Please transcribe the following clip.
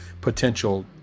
potential